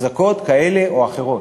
אחזקות כאלה או אחרות.